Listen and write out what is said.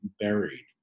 buried